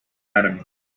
adam